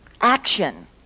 action